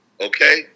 okay